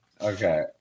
Okay